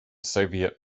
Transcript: soviet